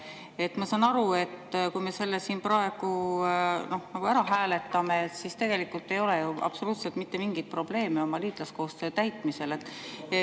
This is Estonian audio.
Ma saan aru, et kui me selle [eelnõu] siin praegu nagu ära hääletame, siis tegelikult ei ole ju absoluutselt mitte mingeid probleeme meie liitlaskohustuste täitmisel.